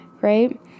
right